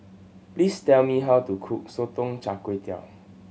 please tell me how to cook Sotong Char Kway